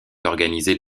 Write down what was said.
organisée